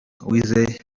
uwizeye